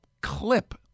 clip